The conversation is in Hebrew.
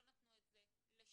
לא נתנו את זה לשמעון,